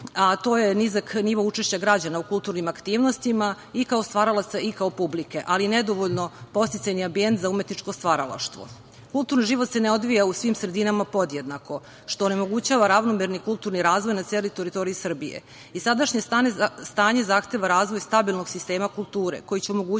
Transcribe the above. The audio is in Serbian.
a to je nizak nivo učešća građana u kulturnim aktivnostima i kao stvaralaca i kao publike, ali nedovoljno podsticajni ambijent za umetničko stvaralaštvo. Kulturan život se ne odvija u svim sredinama podjednako, što onemogućava ravnomerni i kulturni razvoj na celoj teritoriji Srbije. Sadašnje stanje zahteva razvoj stabilnog sistema kulture koji će omogućiti